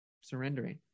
surrendering